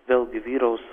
vėlgi vyraus